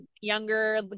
younger